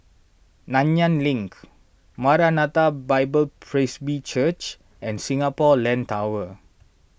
Nanyang Link Maranatha Bible Presby Church and Singapore Land Tower